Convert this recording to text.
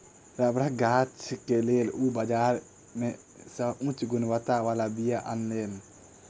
रबड़क गाछ के लेल ओ बाजार से उच्च गुणवत्ता बला बीया अनलैन